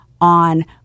on